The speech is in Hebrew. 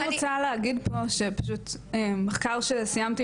אני רוצה להגיד פה שפשוט מחקר שסיימתי